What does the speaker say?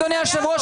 אדוני היושב-ראש,